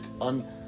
on